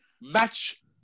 match